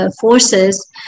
forces